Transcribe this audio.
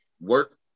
work